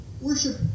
Worship